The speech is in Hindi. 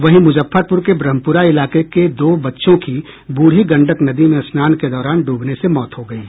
वहीं मुजफ्फरपुर के ब्रह्मपुरा इलाके के दो बच्चों की बूढ़ी गंडक नदी में स्नान के दौरान डूबने से मौत हो गयी